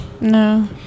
No